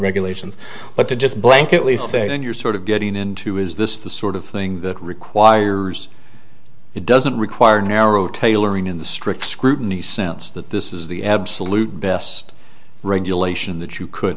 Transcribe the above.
regulations but to just blank at least you're sort of getting into is this the sort of thing that requires it doesn't require narrow tailoring in the strict scrutiny sense that this is the absolute best regulation that you could